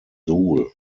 suhl